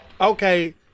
Okay